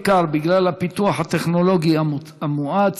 בעיקר בגלל הפיתוח הטכנולוגי המואץ,